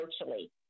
virtually